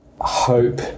hope